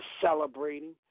celebrating